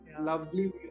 lovely